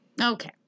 Okay